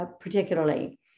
Particularly